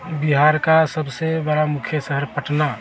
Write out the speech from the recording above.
बिहार का सबसे बड़ा मुख्य शहर पटना